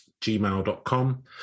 gmail.com